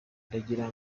ndagira